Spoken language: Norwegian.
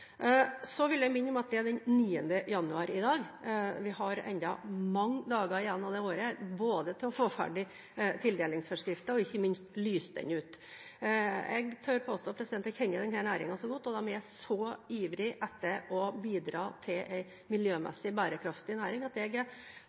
Så vil jeg minne om at det er den 9. januar i dag. Vi har ennå mange dager igjen av dette året, både til å få ferdig tildelingsforskriften og ikke minst til å lyse den ut. Jeg tør påstå at jeg kjenner denne næringen godt, og de er så ivrige etter å bidra til en miljømessig bærekraftig næring